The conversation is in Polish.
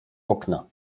okna